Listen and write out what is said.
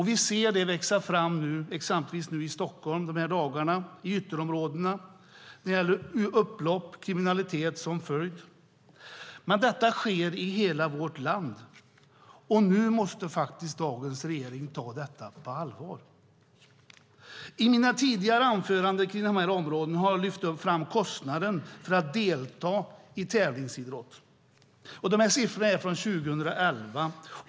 Vi ser detta växa fram med upplopp och kriminalitet som följd, exempelvis nu i dagarna i Stockholms ytterområden. Men detta sker i hela vårt land. Nu måste dagens regering ta detta på allvar. I mina tidigare anföranden om dessa områden har jag lyft fram kostanden för att delta i tävlingsidrott. Siffrorna är från 2011.